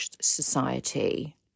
society